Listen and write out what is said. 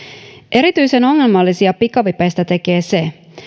erityisen ongelmallisia pikavipeistä tekee se